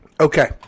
Okay